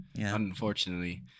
Unfortunately